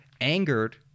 angered